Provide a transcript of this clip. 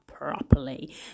Properly